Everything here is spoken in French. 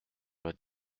vingt